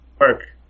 work